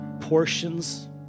portions